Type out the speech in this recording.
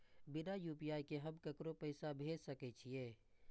बिना यू.पी.आई के हम ककरो पैसा भेज सके छिए?